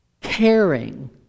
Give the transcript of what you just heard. caring